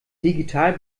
digital